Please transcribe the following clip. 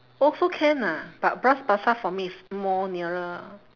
also can ah but bras-basah for me is more nearer